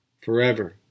forever